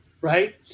right